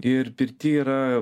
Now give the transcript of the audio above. ir pirty yra